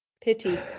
pity